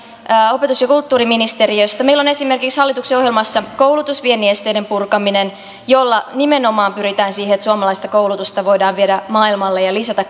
opetus ja kulttuuriministeriöstä meillä on hallituksen ohjelmassa esimerkiksi koulutusviennin esteiden purkaminen jolla nimenomaan pyritään siihen että suomalaista koulutusta voidaan viedä maailmalle ja lisätä